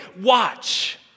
Watch